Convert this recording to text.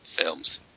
films